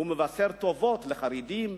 והוא מבשר טובות לחרדים.